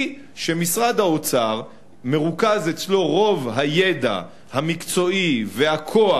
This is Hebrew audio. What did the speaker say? היא שמשרד האוצר מרוכז אצלו רוב הידע המקצועי והכוח